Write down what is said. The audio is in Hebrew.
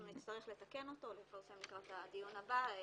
אנחנו נצטרך לתקן אותו לקראת הדיון הבא.